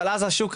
אבל אז השוק,